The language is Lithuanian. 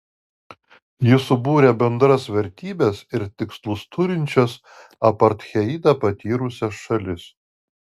ji subūrė bendras vertybes ir tikslus turinčias apartheidą patyrusias šalis